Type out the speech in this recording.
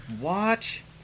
watch